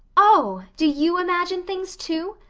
oh, do you imagine things too?